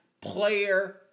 player